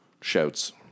shouts